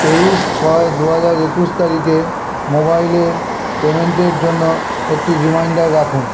তেইশ ছয় দু হাজার একুশ তারিখে মোবাইলের পেমেন্টের জন্য একটি রিমাইন্ডার রাখুন